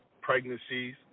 pregnancies